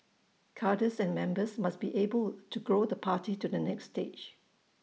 cadres and members must be able to grow the party to the next stage